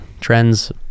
Trends